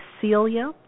Celia